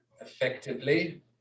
effectively